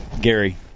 Gary